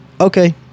Okay